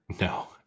No